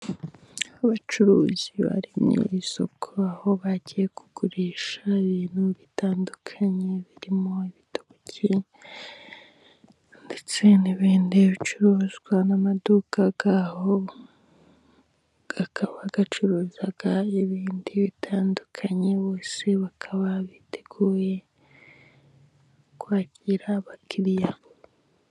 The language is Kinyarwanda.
Abacuruzi bari mu isoko, aho bagiye kugurisha ibintu bitandukanye birimo ibitoki ndetse n'ibindi bicuruzwa, n'amaduka yaho akaba acuruza ibintu bitandukanye bose bakaba biteguye kwakira abakiriya.